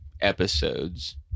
episodes